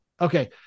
Okay